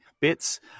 bits